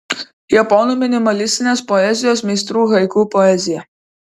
japonų minimalistinės poezijos meistrų haiku poezija